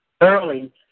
early